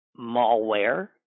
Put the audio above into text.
malware